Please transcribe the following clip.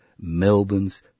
Melbourne's